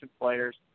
players